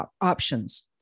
options